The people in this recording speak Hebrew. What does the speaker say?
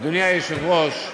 אדוני היושב-ראש --- כן,